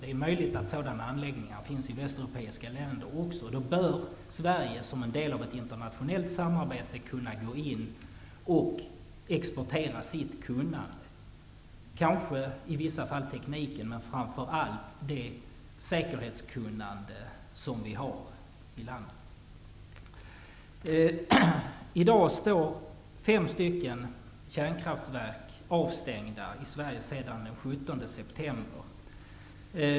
Det är möjligt att det finns sådana anläggningar även i västeuropeiska länder. Sverige bör i så fall, som en del i ett internationellt samarbete, ha möjlighet att exportera sitt kunnande. I vissa fall kan det kanske gälla teknik, men det gäller framför allt det säkerhetskunnande som vi har i landet. I dag är fem kärnkraftverk avstängda i Sverige sedan den 17 september.